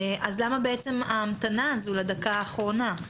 אז למה בעצם ההמתנה הזו לדקה האחרונה?